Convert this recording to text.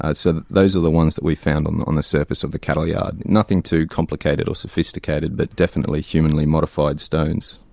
ah so those are the ones that we found on the on the surface of the cattle yard, nothing too complicated or sophisticated but definitely humanly modified stones.